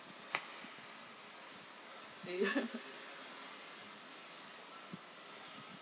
ya